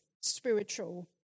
spiritual